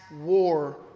war